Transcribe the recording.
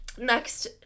next